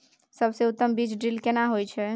सबसे उत्तम बीज ड्रिल केना होए छै?